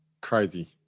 Crazy